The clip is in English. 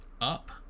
up